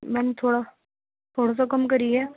میم تھوڑا تھوڑا سا کم کریے